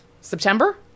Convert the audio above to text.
September